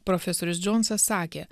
profesorius džonsas sakė